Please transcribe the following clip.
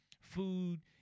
food